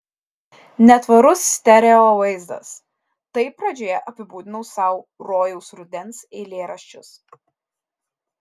netvarus stereo vaizdas taip pradžioje apibūdinau sau rojaus rudens eilėraščius